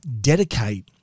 dedicate